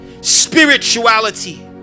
spirituality